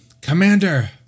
Commander